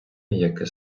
яке